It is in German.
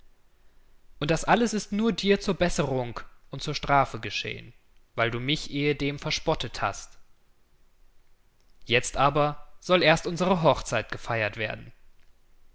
und das alles ist nur dir zur besserung und zur strafe geschehen weil du mich ehedem verspottet hast jetzt aber soll erst unsere hochzeit gefeiert werden